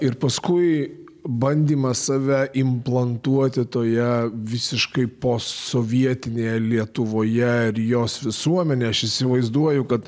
ir paskui bandymas save implantuoti toje visiškai posovietinėje lietuvoje ir jos visuomenę aš įsivaizduoju kad